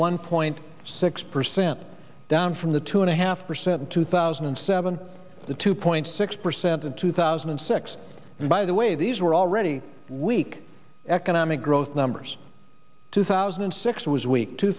one point six percent down from the two and a half percent in two thousand and seven to two point six percent in two thousand and six and by the way these were already weak economic growth numbers two thousand and six was weak two